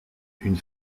une